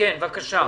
בבקשה.